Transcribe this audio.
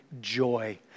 joy